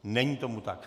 Není tomu tak.